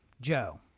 Joe